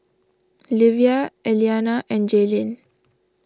Livia Elliana and Jaelyn